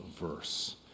verse